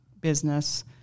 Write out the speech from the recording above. business